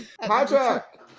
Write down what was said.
Patrick